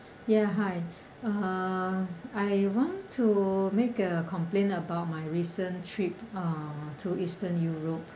ya hi uh I want to make a complaint about my recent trip uh to eastern europe